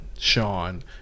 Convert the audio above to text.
sean